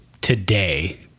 today